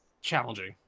challenging